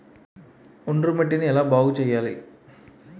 ఒండ్రు మట్టిని ఎలా బాగుంది చేయాలి?